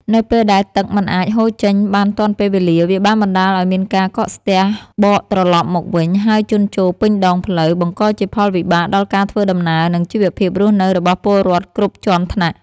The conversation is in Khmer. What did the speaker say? នៅពេលដែលទឹកមិនអាចហូរចេញបានទាន់ពេលវេលា វាបានបណ្តាលឱ្យមានការកកស្ទះបកត្រឡប់មកវិញ ហើយជន់ជោរពេញដងផ្លូវ បង្កជាផលវិបាកដល់ការធ្វើដំណើរ និងជីវភាពរស់នៅរបស់ពលរដ្ឋគ្រប់ជាន់ថ្នាក់។